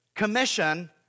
commission